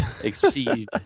exceed